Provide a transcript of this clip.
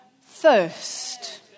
first